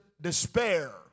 despair